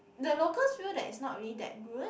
the locals feel that it's not really that good